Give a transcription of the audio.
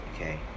Okay